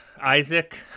Isaac